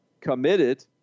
committed